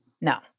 no